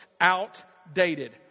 outdated